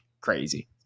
crazy